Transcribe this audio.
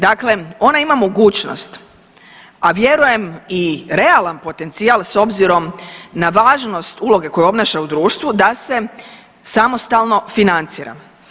Dakle, ona ima mogućnost, a vjerujem i realan potencijal s obzirom na važnost uloge koju obnaša u društvu da se samostalno financira.